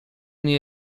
nie